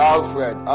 Alfred